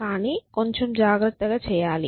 కానీ కొంచెం జాగ్రత్తగా చేయాలి